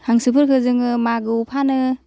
हांसोफोरखौ जोङो मागोयाव फानो